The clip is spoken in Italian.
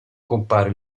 compare